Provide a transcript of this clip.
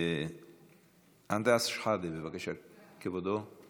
אנטאנס שחאדה, בבקשה, כבודו.